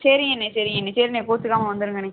சரிங்கண்ணே சரிங்கண்ணே சரிண்ணே கோச்சிக்காமல் வந்திருங்கண்ணே